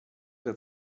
der